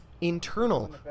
internal